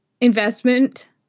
investment